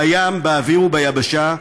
בים, באוויר וביבשה,